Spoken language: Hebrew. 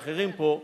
ואחרים פה,